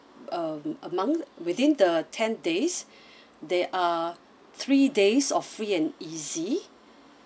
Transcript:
uh among within the ten days there are three days of free and easy